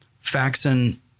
Faxon